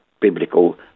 biblical